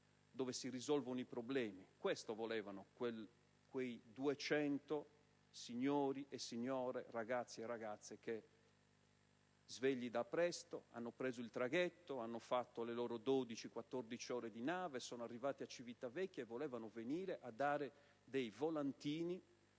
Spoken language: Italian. dove si risolvono i problemi: questo volevano quei 200 signori e signore, ragazzi e ragazze, che, svegliatisi presto, hanno preso il traghetto e fatto le loro 12-14 ore di nave arrivando a Civitavecchia. Volevano venire a dare dei volantini